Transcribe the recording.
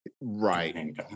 right